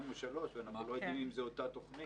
או שלוש ואנחנו לא יודעים אם זה אותה תוכנית.